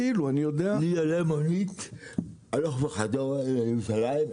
לי עלתה מונית הלוך וחזור מתל אביב לירושלים,